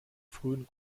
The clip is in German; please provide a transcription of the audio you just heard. frühen